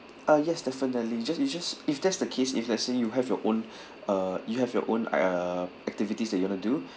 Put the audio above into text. ah yes definitely just you just if that's the case if let's say you have your own uh you have your own uh activities that you want to do